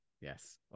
Yes